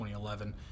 2011